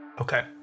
Okay